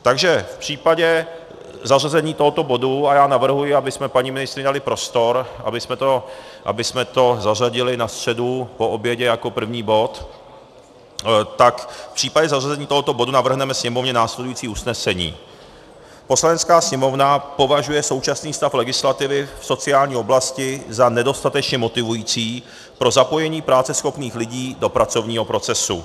Takže v případě zařazení tohoto bodu a já navrhuji, abychom paní ministryni dali prostor, abychom to zařadili na středu po obědě jako první bod tak v případě zařazení tohoto bodu navrhneme Sněmovně následující usnesení: Poslanecká sněmovna považuje současný stav legislativy v sociální oblasti za nedostatečně motivující pro zapojení práceschopných lidí do pracovního procesu.